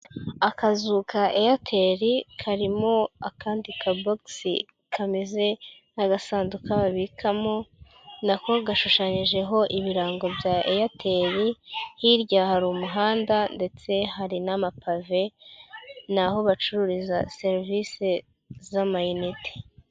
Akazu ka Airtel karimo akandi kabogisi kameze nk'agasandukuka babikamo, na ko gashushanyijeho ibirango bya Airtel hirya hari umuhanda ndetse hari n'amapave, ni aho bacururiza serivise z'amayinite.